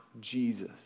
Jesus